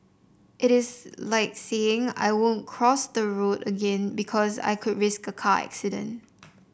it is like saying I won't cross the road again because I could risk a car accident